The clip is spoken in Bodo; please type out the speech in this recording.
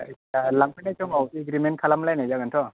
जायखिया लांफैनाय समाव एग्रिमेन्ट खालामलायनाय जागोनथ'